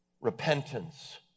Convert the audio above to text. Repentance